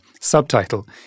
Subtitle